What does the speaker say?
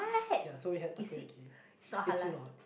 ya so we had Takoyaki it's not